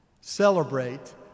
Celebrate